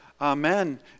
Amen